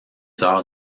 heures